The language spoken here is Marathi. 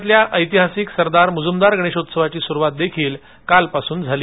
पुण्यातल्या ऐतिहासिक सरदार मुजूमदार गणेषोत्सवाची सुरूवात देखील कालपासून झाली